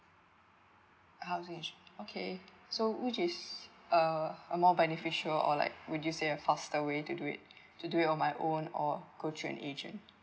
housing insurance okay so which is uh a more beneficial or like would you say a faster way to do it to do it on my own or go through an agent